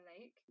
Lake